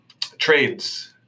trades